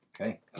Okay